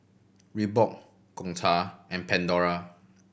Reebok Gongcha and Pandora